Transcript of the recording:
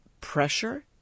pressure